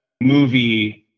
movie